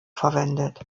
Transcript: verwendet